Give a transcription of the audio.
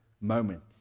moment